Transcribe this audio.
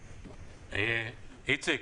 איציק,